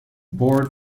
board